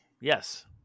Yes